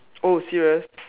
oh serious